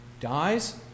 Dies